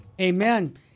amen